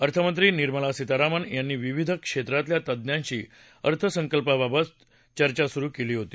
अर्थमंत्री निर्मला सीतारामन् यांनी विविध क्षेत्रातल्या तज्ञांशी अर्थसंकल्पाबाबत चर्चा सुरू केली आहे